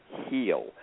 heal